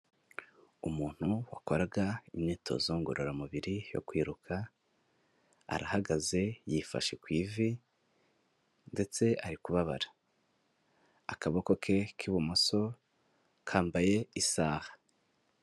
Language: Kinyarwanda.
Umuntu wakoraga imyitozo ngororamubiri yo kwiruka arahagaze yifashe ku ivi ndetse ari kubabara, akaboko ke k'ibumoso kambaye isaha.